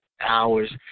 hours